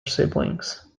siblings